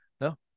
no